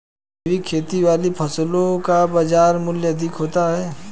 जैविक खेती वाली फसलों का बाजार मूल्य अधिक होता है